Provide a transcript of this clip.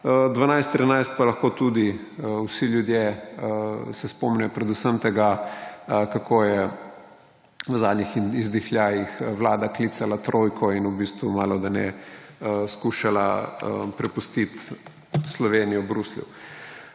2012−2013 pa se lahko vsi ljudje spomnijo predvsem tega, kako je v zadnjih izdihljajih vlada klicala trojko in v bistvu malodane skušala prepustiti Slovenijo Bruslju.